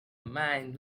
mind